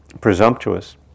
presumptuous